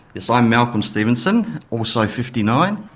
yes, i'm malcolm stevenson also fifty nine.